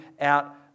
out